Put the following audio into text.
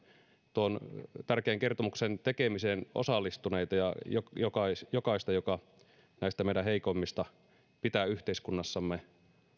tuon tärkeän kertomuksen tekemiseen osallistuneita ja jokaista jokaista joka näistä meidän heikoimmista pitää yhteiskunnassamme